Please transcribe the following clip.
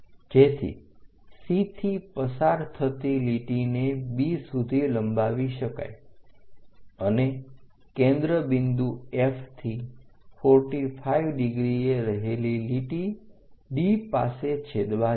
જેથી C થી પસાર થતી લીટીને B સુધી લંબાવી શકાય અને કેન્દ્ર બિંદુ F થી 45° એ રહેલી લીટી D પાસે છેદવા જશે